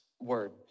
word